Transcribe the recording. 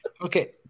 Okay